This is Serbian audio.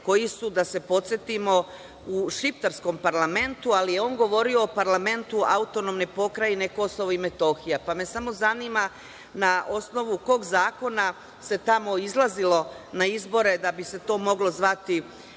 koji su da se podsetimo u šiptarskom parlamentu, ali je on govorio o parlamentu AP Kosovo i Metohija, pa me samo zanima na osnovu kog zakona se tamo izlazilo na izbore da bi se to moglo zvati